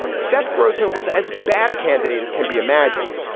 seth grossman was as bad a candidate as can be imagined.